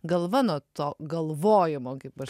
galva nuo to galvojimo kaip aš